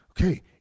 okay